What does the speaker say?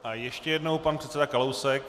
A ještě jednou pan předseda Kalousek.